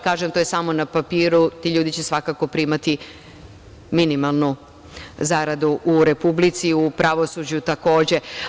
Kažem, to je samo na papiru, ti ljudi će svakako primati minimalnu zaradu u Republici, u pravosuđu takođe.